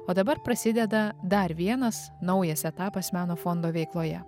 o dabar prasideda dar vienas naujas etapas meno fondo veikloje